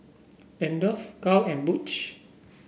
Randolf Cal and Butch